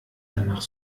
danach